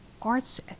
arts